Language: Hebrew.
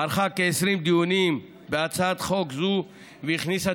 ערכה כ-20 דיונים בהצעת חוק זו והכניסה